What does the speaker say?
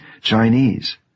Chinese